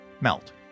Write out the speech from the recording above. melt